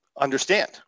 understand